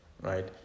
Right